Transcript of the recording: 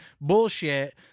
bullshit